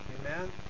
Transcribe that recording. Amen